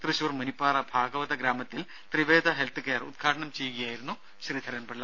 തൃശൂർ മുനിപ്പാറ ഭാഗവത ഗ്രാമത്തിൽ Triveda health care ഉദ്ഘാടനം ചെയ്യുകയായിരുന്നു ശ്രീധരൻപിള്ള